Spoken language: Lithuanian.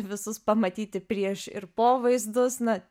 ir visus pamatyti prieš ir po vaizdus na